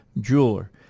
jeweler